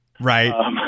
Right